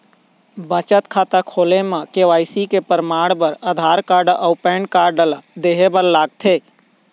बचत खाता खोले म के.वाइ.सी के परमाण बर आधार कार्ड अउ पैन कार्ड ला देहे बर लागथे